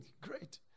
great